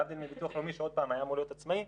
להבדיל מביטוח לאומי שהיה אמור להיות עצמאי,